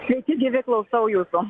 sveiki gyvi klausau jūsų